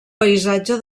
paisatge